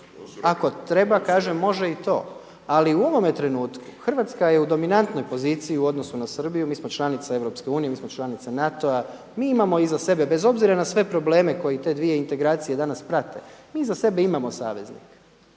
ako treba može i to. Ali u ovome trenutku Hrvatska je u dominantnoj poziciji u odnosu na Srbiju, mi smo članica EU, mi smo članica NATO-a, mi imamo iza sebe bez obzira na sve probleme koji te dvije integracije danas prate, mi iza sebe imamo saveznike.